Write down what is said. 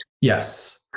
Yes